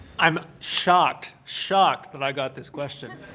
i'm shocked, shocked that i got this question.